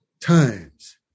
times